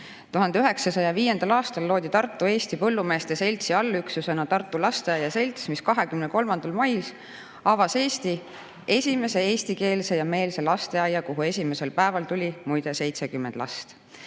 1905. aastal loodi Tartu Eesti Põllumeeste Seltsi allüksusena Tartu Lasteaia Selts, kes 23. mail avas Eesti esimese eestikeelse ja ‑meelse lasteaia, kuhu esimesel päeval tuli 70 last.